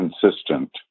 consistent